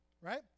right